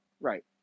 Right